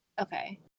Okay